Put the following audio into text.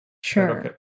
Sure